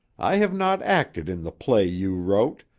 i have not acted in the play you wrote,